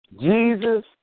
Jesus